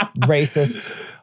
Racist